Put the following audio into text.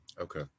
Okay